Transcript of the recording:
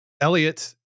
elliot